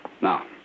Now